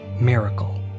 miracle